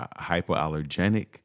hypoallergenic